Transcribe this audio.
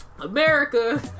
America